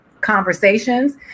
conversations